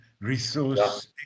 resource